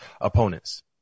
opponents